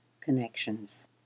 connections